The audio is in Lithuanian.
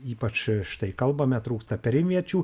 ypač štai kalbame trūksta perimviečių